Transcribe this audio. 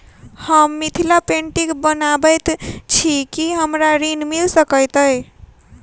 हम मिथिला पेंटिग बनाबैत छी की हमरा ऋण मिल सकैत अई?